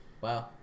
Wow